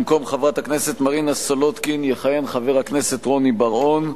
במקום חברת הכנסת מרינה סולודקין יכהן חבר הכנסת רוני בר-און,